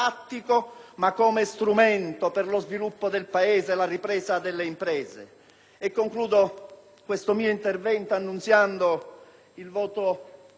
Concludo questo mio intervento annunziando il voto orgogliosamente favorevole del Gruppo del Popolo della Libertà, signor Presidente del Consiglio,